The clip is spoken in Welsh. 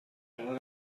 bag